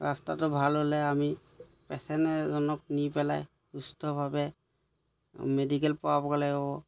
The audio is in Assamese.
ৰাস্তাটো ভাল হ'লে আমি পেচেণ্ট এজনক নি পেলাই সুস্থভাৱে মেডিকেল পোৱাবগৈ লাগিব